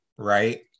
Right